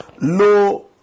low